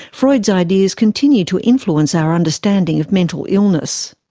freud's ideas continue to influence our understanding of mental illness.